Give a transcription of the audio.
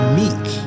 meek